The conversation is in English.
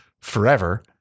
forever